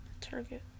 target